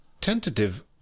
tentative